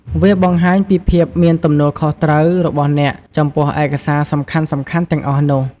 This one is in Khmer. វាបង្ហាញពីភាពមានទំនួលខុសត្រូវរបស់អ្នកចំពោះឯកសារសំខាន់ៗទាំងអស់នោះ។